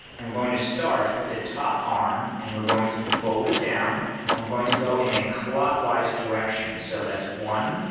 i'm going to start with the top arm and we're going to fold it down and we're going to go in a clockwise direction. so that's one,